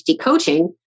coaching